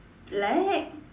black